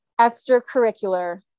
extracurricular